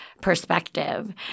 Perspective